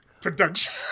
production